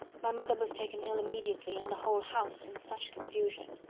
my mother was taken ill immediately, and the whole house in such confusion!